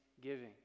giving